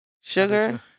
sugar